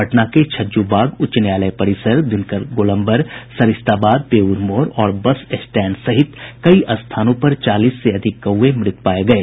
पटना के छज्जुबाग उच्च न्यायालय परिसर दिनकर गोलम्बर सरिस्ताबाद बेउर मोड़ और बस स्टैंड सहित कई स्थानों पर चालीस से अधिक कौए मृत पाये गये